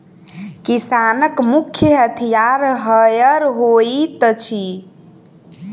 किसानक मुख्य हथियार हअर होइत अछि